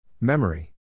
Memory